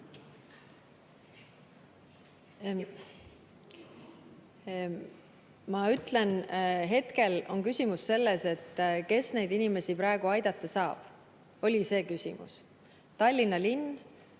Ma ütlen, hetkel on küsimus selles, et kes neid inimesi praegu aidata saab. Oli see küsimus. Tallinna linn